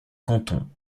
cantons